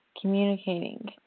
communicating